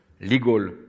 legal